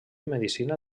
medicina